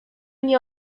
nie